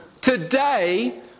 Today